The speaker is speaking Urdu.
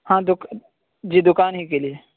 ہاں جی دکان ہی کے لیے